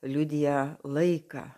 liudija laiką